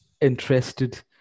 interested